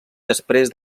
després